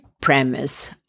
premise